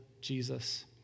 Jesus